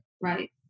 Right